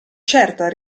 certa